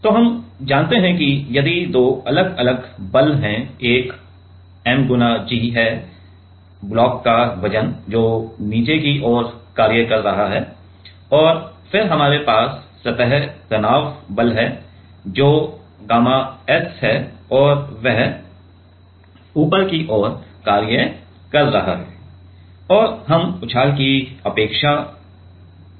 तो हम जानते हैं कि यहाँ दो अलग अलग बल हैं एक mg है ब्लॉक का वजन जो नीचे की ओर कार्य कर रहा है और फिर हमारे पास सतह तनाव बल है जो गामा S है और वह ऊपर की ओर कार्य कर रहा है और हम उछाल की उपेक्षा कर रहे हैं